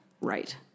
Right